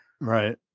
Right